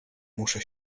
muszę